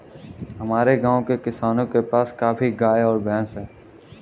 हमारे गाँव के किसानों के पास काफी गायें और भैंस है